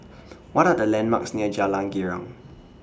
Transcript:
What Are The landmarks near Jalan Girang